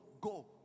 go